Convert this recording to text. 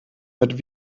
mit